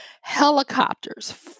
helicopters